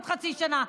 עוד חצי שנה.